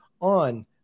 on